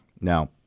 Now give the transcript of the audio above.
Now